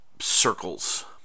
circles